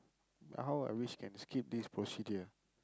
how I wish can skip this procedure